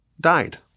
died